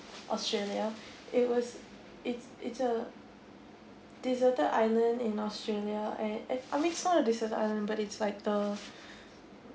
australia it was it's it's a deserted island in australia and I mean it's not a deserted island but it's like the